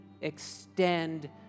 extend